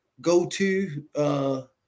go-to